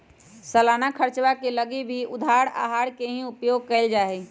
सालाना खर्चवा के लगी भी उधार आहर के ही उपयोग कइल जाहई